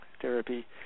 therapy